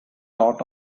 dot